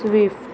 swift